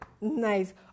nice